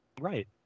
Right